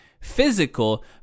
physical